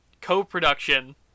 co-production